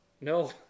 No